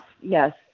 Yes